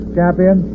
Champion